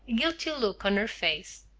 guilty look on her face.